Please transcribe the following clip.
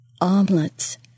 omelets